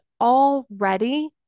already